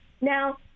Now